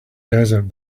desert